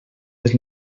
les